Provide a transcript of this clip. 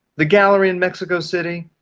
the gallery in mexico city,